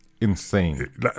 insane